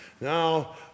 Now